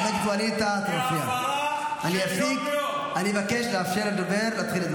חבר הכנסת רון כץ, בבקשה, לרשותך שלוש דקות.